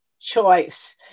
Choice